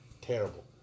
terrible